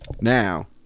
Now